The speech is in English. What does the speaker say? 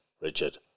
richard